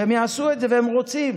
והם יעשו את זה והם רוצים.